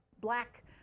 black